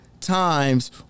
times